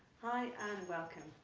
hi and welcome.